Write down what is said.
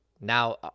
Now